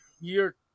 Year